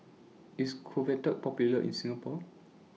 IS Convatec Popular in Singapore